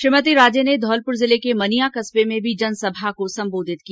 श्रीमती राजे ने धौलपुर जिले के मनिया कस्बे में भी जनसभा को संबोधित किया